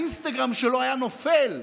האינסטגרם שלו היה נופל.